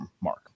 mark